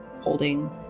holding